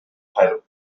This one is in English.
title